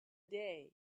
day